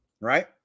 right